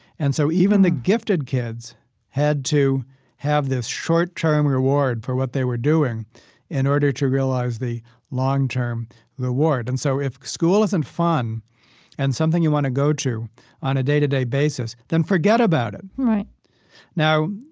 and so even the gifted kids had to have this short-term reward for what they were doing in order to realize the long-term reward. and so if school isn't fun and something you want to go to on a day-to-day basis, then forget about it right now,